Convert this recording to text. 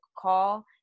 call